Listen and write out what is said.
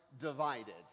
divided